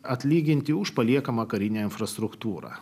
atlyginti už paliekamą karinę infrastruktūrą